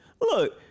Look